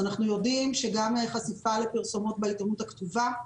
אנחנו יודעים שגם חשיפה לפרסומות בעיתונות הכתובה,